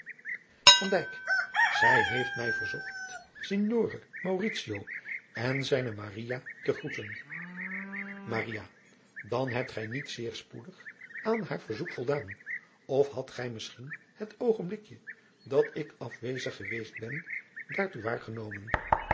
ij heeft mij verzocht ignore en zijne te groeten an hebt gij niet zeer spoedig aan haar verzoek voldaan of hadt gij misschien het oogenblikje dat ik afwezig geweest ben daartoe waargenomen